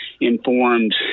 informed